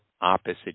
opposite